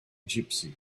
gypsy